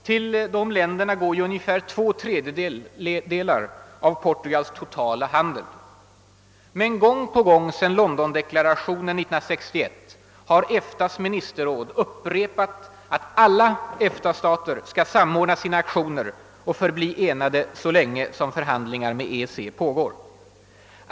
Till de länderna går ju ungefär två tredjedelar av Portugals totala handel. Men gång på gång sedan Londondeklarationen 1961 har EFTAs ministerråd upprepat att alla EFTA-stater skall samordna sina aktioner och förbli enade så länge förhandlingar med EEC pågår.